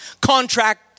contract